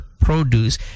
produce